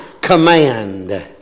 command